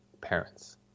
parents